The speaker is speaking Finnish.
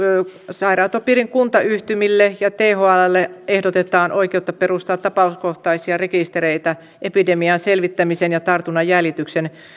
sairaanhoitopiirin kuntayhtymille ja thllle ehdotetaan oikeutta perustaa tapauskohtaisia rekistereitä epidemian selvittämisen ja tartunnan jäljityksen